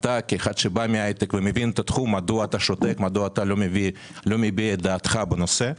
אחד כמי שבא מההייטק ובא מהתחום - מדוע אתה שותק ולא מביע דעתך בנושא?